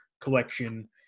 collection